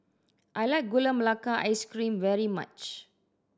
I like Gula Melaka Ice Cream very much